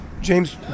James